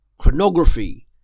Chronography